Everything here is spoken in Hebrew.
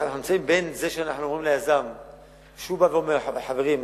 אנחנו נמצאים בין זה שהיזם בא ואומר: חברים,